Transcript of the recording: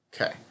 Okay